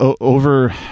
Over